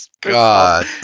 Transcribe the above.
God